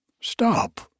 Stop